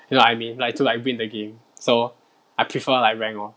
you know what I mean like to like win the game so I prefer like rank lor